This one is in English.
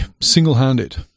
single-handed